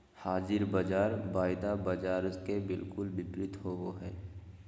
हाज़िर बाज़ार वायदा बाजार के बिलकुल विपरीत होबो हइ